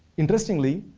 interestingly,